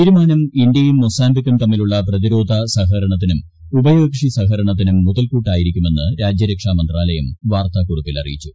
തീരുമാനം ഇന്ത്യയും മൊസാബിക്കും തമ്മിലുളള പ്രതിരോധ സഹകരണത്തിനും ഉഭയകക്ഷി സഹകരണത്തിനും മുതൽക്കൂട്ടായിരിക്കുമെന്ന് രാജ്യരക്ഷാമന്ത്രാലയം വാർത്താക്കുറിപ്പിൽ അറിയിച്ചു